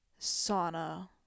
sauna